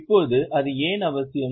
இப்போது அது ஏன் அவசியம்